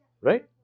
Right